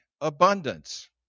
abundance